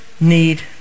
need